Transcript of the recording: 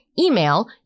email